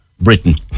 Britain